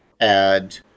add